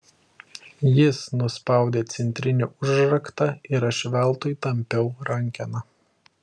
jis nuspaudė centrinį užraktą ir aš veltui tampiau rankeną